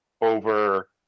over